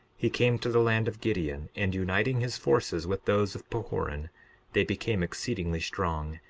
he came to the land of gideon and uniting his forces with those of pahoran they became exceedingly strong,